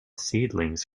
seedlings